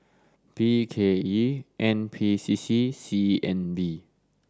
B K E N P C C C N B